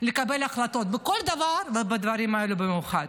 לקבל החלטות בכל דבר ובדברים האלו במיוחד.